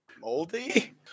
Moldy